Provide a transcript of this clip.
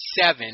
seven